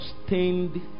sustained